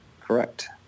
Correct